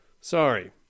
sorry